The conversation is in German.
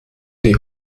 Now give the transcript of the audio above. die